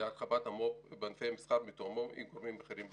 להרחבת המו"פ בענפי המסחר מתואמות עם גורמים אחרים בממשלה.